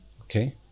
Okay